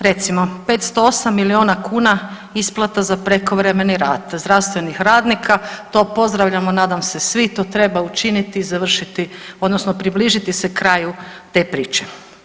Recimo 508 milijuna kuna isplata za prekovremeni rad zdravstvenih radnika to pozdravljamo nadam se svi, to treba učiniti i završiti odnosno približiti se kraju te priče.